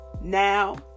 Now